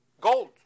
gold